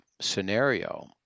scenario